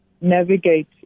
navigate